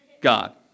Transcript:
God